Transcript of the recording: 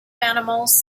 animals